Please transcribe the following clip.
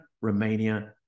Romania